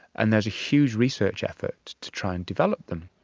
and there's a huge research effort to try and develop them.